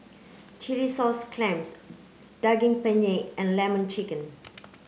Chilli sauce clams Daging Penyet and lemon chicken